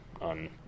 on